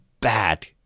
bad